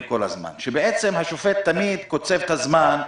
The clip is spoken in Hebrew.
כל הזמן שבעצם השופט תמיד קוצב את הזמן.